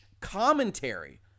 commentary